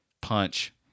punch